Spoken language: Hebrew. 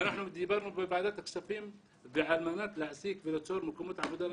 ואנחנו דיברנו בוועדת הכספים על מנת להעסיק וליצור מקומות עבודה.